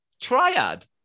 triad